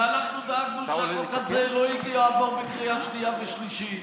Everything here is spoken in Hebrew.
ואנחנו דאגנו שהחוק הזה לא יעבור בקריאה שנייה ושלישית.